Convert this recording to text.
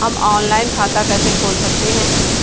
हम ऑनलाइन खाता कैसे खोल सकते हैं?